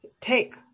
take